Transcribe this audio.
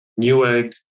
Newegg